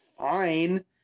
fine